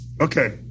okay